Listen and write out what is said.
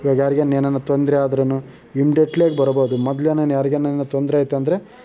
ಇವಾಗ ಯಾರಿಗಾರು ಏನಾರು ತೊಂದರೆ ಆದ್ರೂನು ಇಮ್ಡೆಟ್ಲಿಯಾಗ್ ಬರಬೋದು ಮೊದ್ಲೇನಾರು ಯಾರಿಗೇನಾರು ತೊಂದರೆ ಆಯ್ತು ಅಂದ್ರೆ